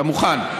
אתה מוכן?